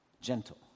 gentle